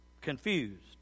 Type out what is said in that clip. confused